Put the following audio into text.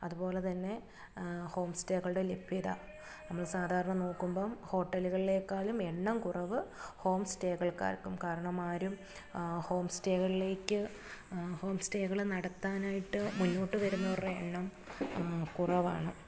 അതുപോലെ തന്നെ ഹോം സ്റ്റേകളുടെ ലഭ്യത നമ്മൾ സാധാരണ നോക്കുമ്പം ഹോട്ടലുകളിലേക്കാളും എണ്ണം കുറവ് ഹോം സ്റ്റേകൾക്കായിരിക്കും കാരണം ആരും ഹോം സ്റ്റേകളിലേക്ക് ഹോം സ്റ്റേകൾ നടത്താനായിട്ട് മുന്നോട്ട് വരുന്നവരുടെ എണ്ണം കുറവാണ്